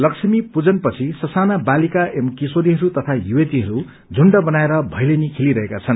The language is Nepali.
लक्ष्मी पूजन पछि स साना बालिका एवं किशोरीहरू तथा सुवतीहरू झुण्ड बनाएर भैलीनी खेलिरहेका छन्